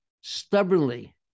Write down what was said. stubbornly